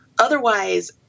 Otherwise